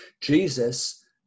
Jesus